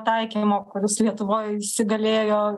taikymo kuris lietuvoj įsigalėjo